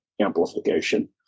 amplification